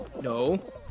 No